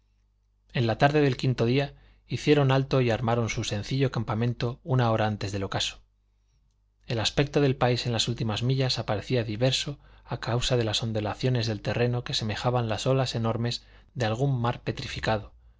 en la tarde del quinto día hicieron alto y armaron su sencillo campamento una hora antes del ocaso el aspecto del país en las últimas millas aparecía diverso a causa de las ondulaciones del terreno que semejaban las olas enormes de algún mar petrificado